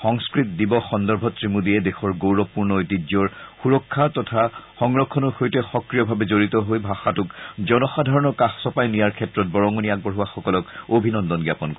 সংস্কৃত দিৱস সন্দৰ্ভত শ্ৰীমোডীয়ে দেশৰ গৌৰৱপূৰ্ণ ঐতিহ্যৰ সুৰক্ষা তথা সংৰক্ষণৰ সৈতে সক্ৰিয়ভাৱে জড়িত হৈ ভাষাটোক জনসাধাৰণৰ কাষ চপাই নিয়াৰ ক্ষেত্ৰত বৰঙণি আগবঢ়োৱাসকলক অভিনন্দন জ্ঞাপন কৰে